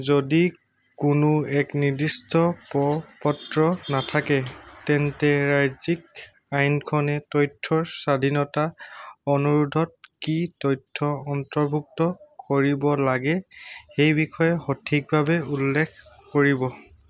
যদি কোনো এক নিৰ্দিষ্ট প্ৰ পত্ৰ নাথাকে তেন্তে ৰাজ্যিক আইনখনে তথ্যৰ স্বাধীনতা অনুৰোধত কি তথ্য অন্তৰ্ভুক্ত কৰিব লাগে সেই বিষয়ে সঠিকভাৱে উল্লেখ কৰিব